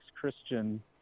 Christian